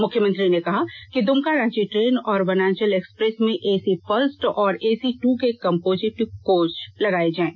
मुख्यमंत्री ने कहा कि दुमका रांची ट्रेन और वनांचल एक्सप्रेस में एसी फर्स्ट और एसी ट् के कम्पोजिट कोच लगाए जाएं